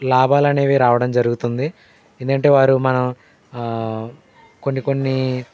లాభాలు అనేవి రావడం జరుగుతుంది ఎందుకంటే వారు మనం కొన్ని కొన్ని